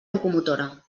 locomotora